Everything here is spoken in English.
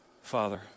Father